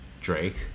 drake